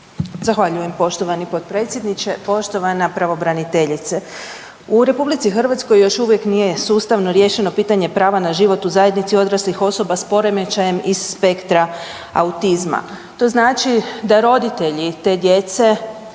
Zahvaljujem poštovani potpredsjedniče. Poštovana pravobraniteljice u RH još uvijek nije sustavno riješeno pitanje prava na život u zajednici odraslih osoba s poremećajem iz spektra autizma. To znači da roditelji te djece